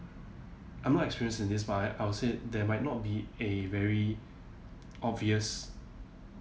I'm not experienced in this but I will say there might not be a very obvious